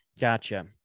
Gotcha